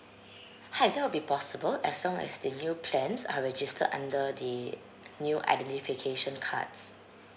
hi that will be possible as long as the new plans are registered under the new identification cards